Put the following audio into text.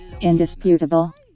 Indisputable